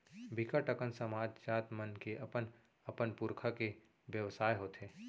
बिकट अकन समाज, जात मन के अपन अपन पुरखा के बेवसाय हाथे